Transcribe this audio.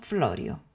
Florio